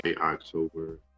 October